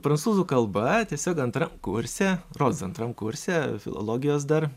prancūzų kalba tiesiog antram kurse rodos antram kurse filologijos dar